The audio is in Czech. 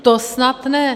To snad ne!